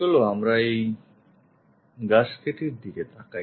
চলো আমরা এই gasket এর দিকে তাকাই